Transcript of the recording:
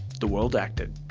the world acted.